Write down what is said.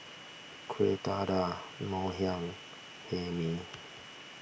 Kueh Dadar Ngoh Hiang Hae Mee